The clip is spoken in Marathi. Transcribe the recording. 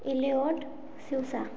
इल्लिओट शिवसा